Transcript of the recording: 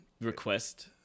request